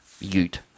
ute